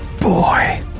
boy